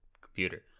computer